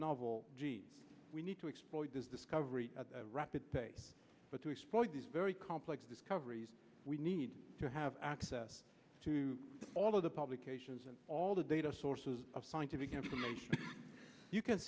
novel genes we need to exploit this discovery at a rapid pace but to exploit these very complex discoveries we need to have access to all of the publications and all the data sources of scientific you can